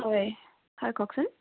হয় হয় কওকচোন